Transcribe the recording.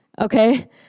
Okay